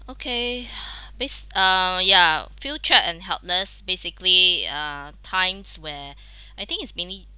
okay ba~ uh ya future and helpless basically uh times where I think it's mainly